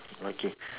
okay